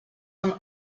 from